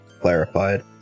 clarified